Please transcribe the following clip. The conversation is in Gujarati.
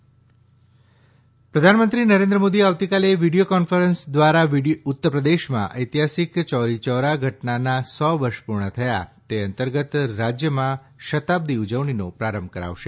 ઉત્તરપ્રદેશ ચૌરીયૌરા પ્રધાનમંત્રી નરેન્દ્ર મોદી આવતીકાલે વિડીયો કોન્ફરન્સીંગ ધ્વારા ઉત્તરપ્રદેશમાં ઐતિહાસીક ચૌરી ચૌરા ઘટનાના સો વર્ષ પુર્ણ થયા તે અંતર્ગત રાજયમાં શતાબ્દી ઉજવણીનો પ્રારંભ કરાવશે